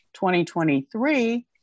2023